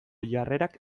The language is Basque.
jarrerak